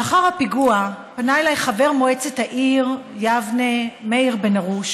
לאחר הפיגוע פנה אליי חבר מועצת העיר יבנה מאיר בן הרוש